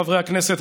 חברי הכנסת,